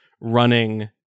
running